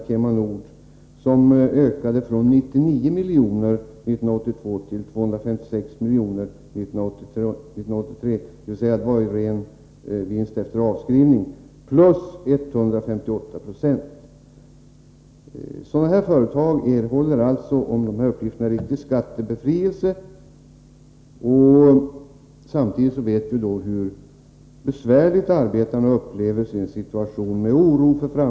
Företaget har haft en vinstökning från 99 milj.kr. år 1982 till 256 milj.kr. år 1983 — dvs. i ren vinst efter avskrivningar plus 158 96. Företag av detta slag erhåller alltså skattebefrielse, om nu de uppgifter som jag här nämnt är riktiga. I detta sammanhang bör man dock notera hur besvärligt arbetarna upplever sin situation, vilket vi ju känner till.